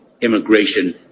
immigration